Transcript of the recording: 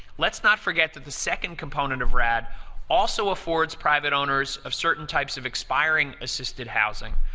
let's not forget that the second component of rad also affords private owners of certain types of expiring-assisted housing,